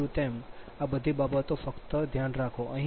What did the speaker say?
45 p